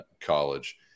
college